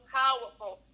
powerful